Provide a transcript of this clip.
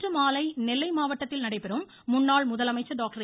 இன்றுமாலை நெல்லை மாவட்டத்தில் நடைபெறும் முன்னாள் முதலமைச்சா் டாக்டர்